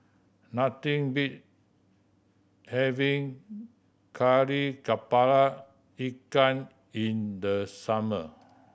nothing beats having Kari Kepala Ikan in the summer